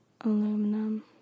Aluminum